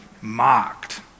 mocked